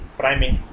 priming